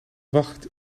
wacht